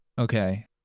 Okay